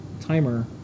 timer